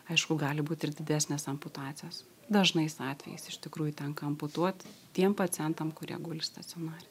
aišku gali būt ir didesnės amputacijos dažnais atvejais iš tikrųjų tenka amputuot tiem pacientam kurie guli stacionare